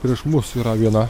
prieš mus yra viena